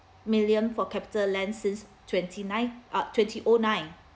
million for capital land since twenty nine ah twenty O nine